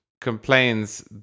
complains